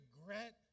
regret